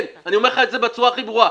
כן, אני אומר לך את זה בצורה הכי ברורה.